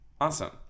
Awesome